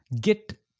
Git